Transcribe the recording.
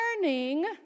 learning